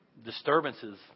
Disturbances